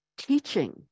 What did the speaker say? teaching